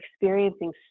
experiencing